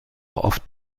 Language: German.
oft